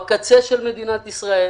בקצה של מדינת ישראל.